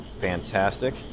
Fantastic